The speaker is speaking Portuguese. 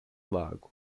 lago